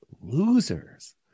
losers